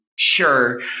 Sure